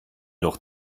doch